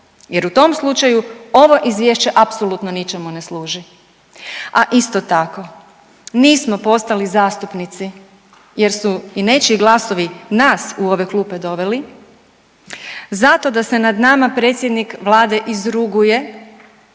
jer u tom slučaju ovo izvješće apsolutno ničemu ne služi, a isto tako nismo postali zastupnici jer su i nečiji glasovi nas u ove klupe doveli zato da se nad nama predsjednik vlade izruguje